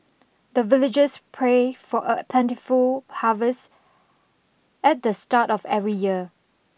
the villagers pray for a plentiful harvest at the start of every year